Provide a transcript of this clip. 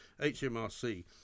hmrc